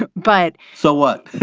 and but so what?